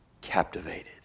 captivated